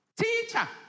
teacher